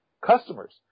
customers